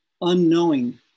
Unknowing